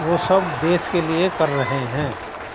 وہ سب دیش کے لیے کر رہے ہیں